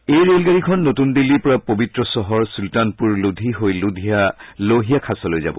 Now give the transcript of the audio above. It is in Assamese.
এই ৰেলগাডীখন নতুন দিল্লীৰ পৰা পবিত্ৰ চহৰ চুলতানপূৰ লোধী হৈ লোহিয়া খাছলৈ যাব